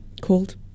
called